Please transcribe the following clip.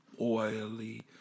oily